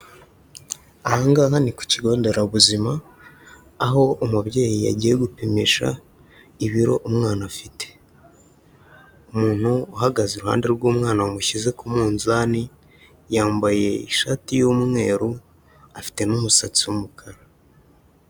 Aha ngaha ni ku kigo nderabuzima, aho umubyeyi yagiye gupimisha ibiro umwana afite, umuntu uhagaze iruhande rw'umwana wamushyize ku munzani, yambaye ishati y'umweru, afite n'umusatsi w'umukara.